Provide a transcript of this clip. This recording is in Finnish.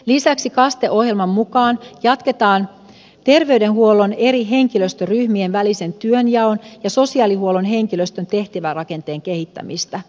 lisäksi kaste ohjelman mukaan jatketaan terveydenhuollon eri henkilöstöryhmien välisen työnjaon ja sosiaalihuollon henkilöstön tehtävärakenteen kehittämistä